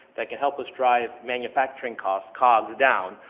that can help us drive manufacturing costs costs down.